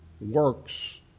works